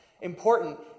important